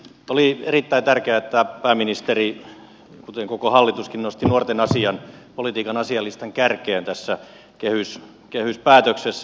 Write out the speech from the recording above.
oli erittäin tärkeää että pääministeri kuten koko hallituskin nosti nuorten asian politiikan asialistan kärkeen tässä kehyspäätöksessä